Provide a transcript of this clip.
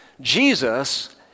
Jesus